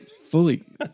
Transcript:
fully